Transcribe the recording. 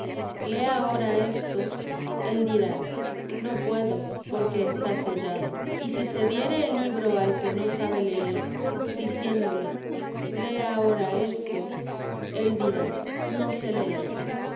lee ahora esto él dirá no puedo porque está sellado y si se diere el libro al que no sabe leer diciéndole lee ahora esto él dira no sé leer